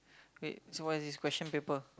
wait so what is this question paper